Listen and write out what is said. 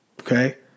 Okay